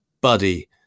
buddy